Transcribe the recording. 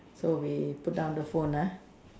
so we put down the phone ah